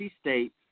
states